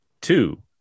two